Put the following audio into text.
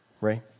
Ray